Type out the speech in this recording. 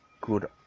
Good